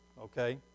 okay